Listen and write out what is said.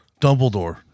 Dumbledore